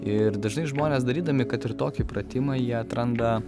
ir dažnai žmonės darydami kad ir tokį pratimą jie atranda